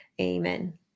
Amen